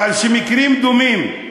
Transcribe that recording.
אבל כשמקרים דומים,